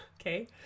okay